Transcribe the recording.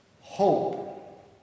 hope